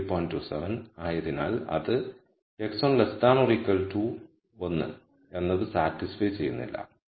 27 ആയതിനാൽ അത് x1 1 എന്നത് സാറ്റിസ്ഫൈ ചെയ്യുന്നില്ല